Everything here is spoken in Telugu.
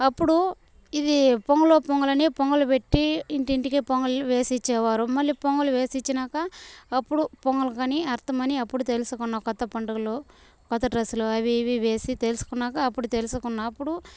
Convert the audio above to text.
అప్పుడు ఇది పొంగలో పొంగలని పొంగలి పెట్టి ఇంటింటికి పొంగలిని వేసిచ్చేవారు మళ్ళీ పొంగలి వేసిచ్చినాక అప్పుడు పొంగల్కనీ అర్థం అని అప్పుడు తెలుసుకున్నా కొత్త పండుగలు కొత్త డ్రస్సులు అవి ఇవి వేసి తెలుసుకున్నాక అప్పుడు తెలుసుకున్న అప్పుడు